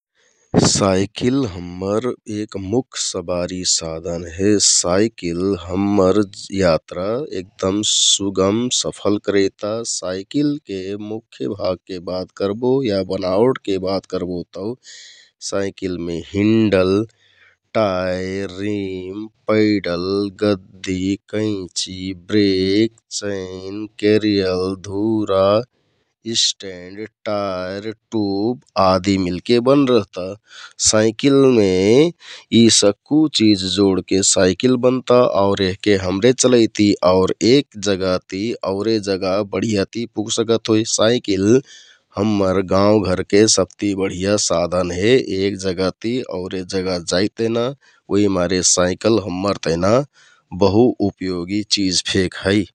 Cycle हम्मर एक मुख सबारि साधान हे । साइकिल हम्मर यात्रा एगदम सुगम सफल करैता । साइकिलके मुख्य भागके बात करबो या बनाटेके बात करबो तौ साइकिलमे हिन्डल, टायर, रिम, पैडल, गद्दि, कैंचि, ब्रेक, चैन, केरियल, धुरा, स्टेन्ड, टायर, टुप आदि मिलके बन रहता । साइकिलमे यि सक्कु चिझ जोडके साइकिल बनता आउर हमरे यहके चलैति आउर एक जगह ति औरे जगह बढियाति पुग सकत होइ । साइकिल हम्मर गाउँघरके सबति बढिया साधान हे एक जगह ति औरे जगह जाइक तेहना उहिमारे साइकल हम्मर तेहना बहु उपयोगौ चिझ फे है ।